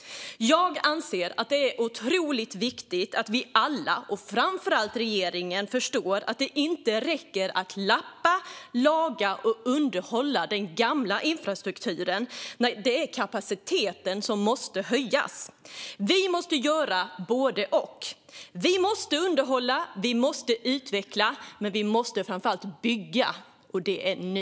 Jag anser att det är otroligt viktigt att vi alla och framför allt regeringen förstår att det inte räcker att lappa, laga och underhålla gammal infrastruktur när det är kapaciteten som måste höjas. Vi måste göra både och. Vi måste underhålla, vi måste utveckla och vi måste framför allt bygga - och det nu!